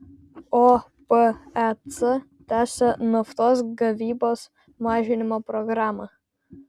opec tęsia naftos gavybos mažinimo programą